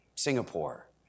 Singapore